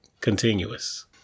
Continuous